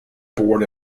born